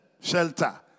shelter